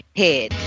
head